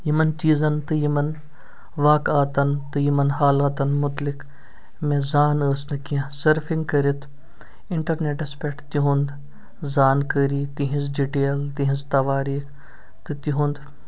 یِمَن چیٖزَن تہٕ یِمَن واقتَن تہٕ یِمَن حالاتَن مُتعلِق مےٚ زان ٲس نہٕ کٚیٚنہہ مےٚ سٔرفِنگ کٔرِتھ اِنٹرنٮ۪ٹَس پٮ۪ٹھ تِہُند زانکٲری تِہِنز ڈِٹٮ۪ل تِہِنز تَواریٖک تہٕ تِہُند